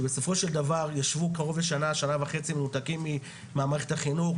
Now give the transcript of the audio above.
ובסופו של דבר ישבו קרוב לשנה- שנה וחצי מנותקים ממערכת החינוך,